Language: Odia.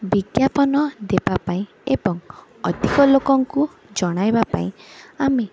ବିଜ୍ଞାପନ ଦେବାପାଇଁ ଏବଂ ଅଧିକଲୋକଙ୍କୁ ଜଣାଇବାପାଇଁ ଆମେ